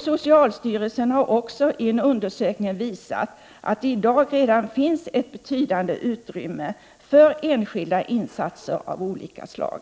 Socialstyrelsen har också i en undersökning visat att det i dag redan finns ett betydande utrymme för enskilda insatser av olika slag.